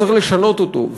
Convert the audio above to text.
צריך לשנות אותו.